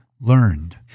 learned